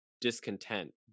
discontent